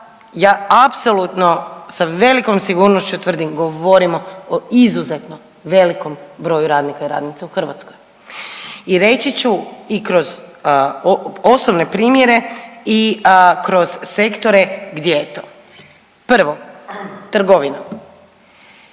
ja apsolutno sa velikom sigurnošću tvrdim govorimo o izuzetno velikom broju radnika i radnica u Hrvatskoj. I reći ću i kroz osobne primjere i kroz sektore gdje je to. Prvo trgovina,